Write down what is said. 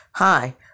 Hi